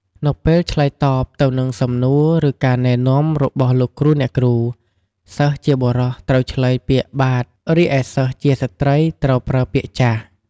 នៅពេលឆ្លើយតបទៅនឹងសំណួរ ឬការណែនាំរបស់លោកគ្រូអ្នកគ្រូ សិស្សជាបុរសត្រូវប្រើពាក្យ "បាទ" រីឯសិស្សជាស្ត្រីត្រូវប្រើពាក្យ "ចាស"។